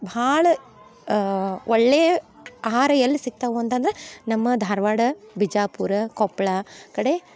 ಭಾಳ ಒಳ್ಳೆಯ ಆಹಾರ ಎಲ್ಲಿ ಸಿಗ್ತವು ಅಂತಂದ್ರ ನಮ್ಮ ಧಾರವಾಡ ಬಿಜಾಪುರ ಕೊಪ್ಪಳ ಕಡೆ